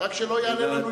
רק שלא יעלה לנו יותר.